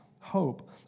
hope